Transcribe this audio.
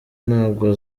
ntabwo